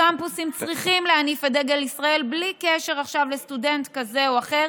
הקמפוסים צריכים להניף את דגל ישראל בלי קשר עכשיו לסטודנט כזה או אחר,